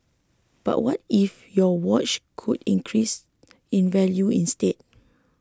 but what if your watch could increase in value instead